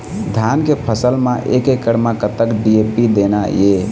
धान के फसल म एक एकड़ म कतक डी.ए.पी देना ये?